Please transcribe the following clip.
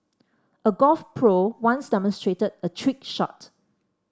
a golf pro once demonstrated a trick shot